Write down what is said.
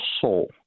soul